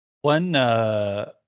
One